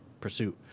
pursuit